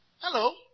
Hello